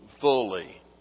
fully